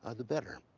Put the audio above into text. ah the better.